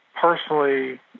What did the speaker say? personally